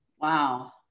wow